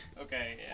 Okay